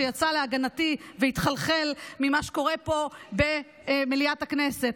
שיצא להגנתי והתחלחל ממה שקורה פה במליאת הכנסת.